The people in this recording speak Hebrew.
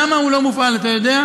למה הוא לא מופעל, אתה יודע?